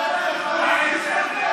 חבורת מחבלים,